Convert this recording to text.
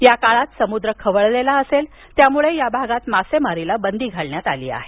या काळात समुद्र खवळलेला असेल त्यामुळे या भागात मासेमारीला बंदी घालण्यात आली आहे